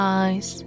eyes